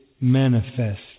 manifest